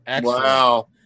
wow